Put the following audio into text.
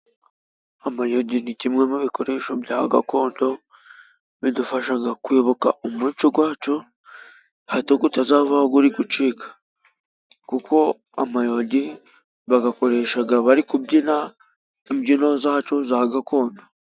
Amayugi ni kimwe mu bikoresho bya gakondo bidufasha kwibuka umuco wacu, hato utazavaho uri gucika kuko amayogi bayakoreshaga bari kubyina imbyino zacu za gakondo.